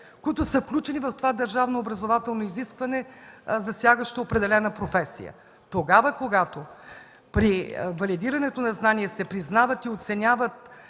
които са включени в това държавно образователно изискване, засягащо определена професия. Когато при валидирането на знания се признават и оценяват